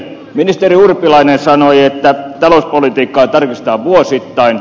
ministeri urpilainen sanoi että talouspolitiikkaa tarkistetaan vuosittain